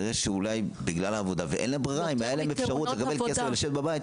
אם היה להם אפשרות לקבל כסף ולשבת בבית,